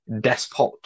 despot